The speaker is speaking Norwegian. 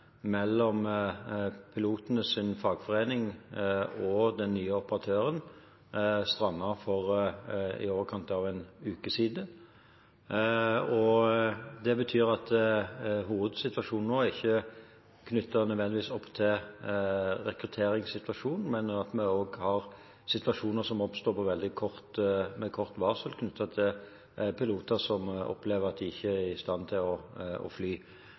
mellom pilotenes fagforening og den nye operatøren strandet for i overkant av en uke siden. Det betyr at hovedsituasjonen nå ikke nødvendigvis er knyttet opp til rekrutteringssituasjonen, men at vi også har situasjoner som oppstår på veldig kort varsel knyttet til piloter som opplever at de ikke er i stand til å fly. Det betyr at dette må håndteres med å